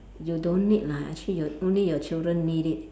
you don't need lah actually your only your children need it